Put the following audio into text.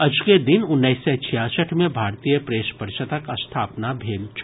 अजुके दिन उन्नैस सय छियासठि मे भारतीय प्रेस परिषदक स्थापना भेल छल